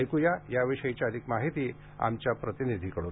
ऐकुया या विषयाची अधिक माहिती आमच्या प्रतिनिधीकडून